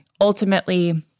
ultimately